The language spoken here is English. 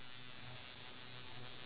ya (uh huh)